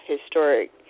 Historic